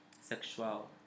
sexual